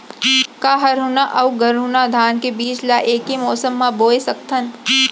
का हरहुना अऊ गरहुना धान के बीज ला ऐके मौसम मा बोए सकथन?